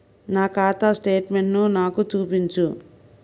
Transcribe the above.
నా ఖాతా స్టేట్మెంట్ను నాకు చూపించు